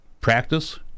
practice